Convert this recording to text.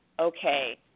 Okay